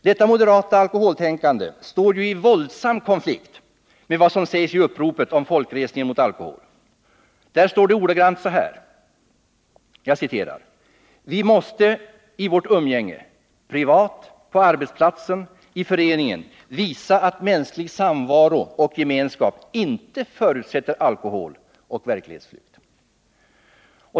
Detta moderata alkoholtänkande står ju i våldsam konflikt med vad som sägs i uppropet om folkresningen mot alkohol. Där står det ordagrant så här: ”Vi måste i vårt umgänge, privat, på arbetsplatsen, i föreningen visa att mänsklig samvaro och gemenskap inte förutsätter alkohol och verklighetsflykt”.